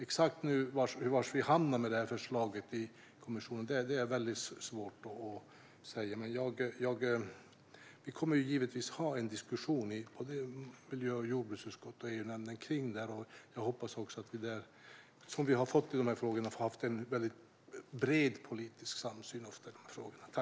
Exakt var vi hamnar med förslaget i kommissionen är svårt att säga, men vi kommer givetvis att ha en diskussion i miljö och jordbruksutskottet och i EU-nämnden. Jag hoppas att vi där kommer att få en bred politisk samsyn, som vi tidigare ofta har haft i frågorna.